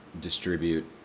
distribute